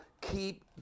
keep